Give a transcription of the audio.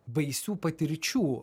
baisių patirčių